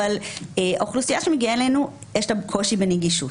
אבל לאוכלוסייה שמגיעה אלינו יש קושי בנגישות.